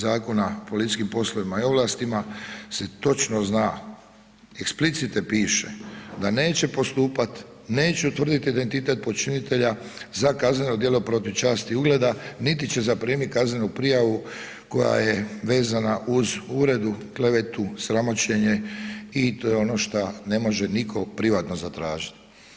Zakona o policijskim poslovima i ovlastima se točno zna, eksplicite piše da neće postupat, neće utvrdit identitet počinitelja za kazneno djelo protiv časti i ugleda, niti će zaprimit kaznenu prijavu koja je vezana uz uvredu, klevetu, sramoćenje i to je ono šta ne može nitko privatno zatražit.